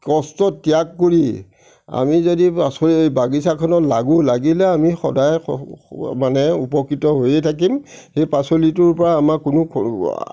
কষ্ট ত্যাগ কৰি আমি যদি পাচলি বাগিচাখনত লাগো লাগিলে আমি সদায় মানে উপকৃত হৈয়েই থাকিম সেই পাচলিটোৰ পৰা আমাৰ কোনো